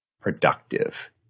productive